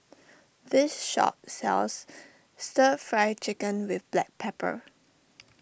this shop sells Stir Fry Chicken with Black Pepper